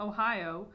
Ohio